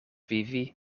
vivi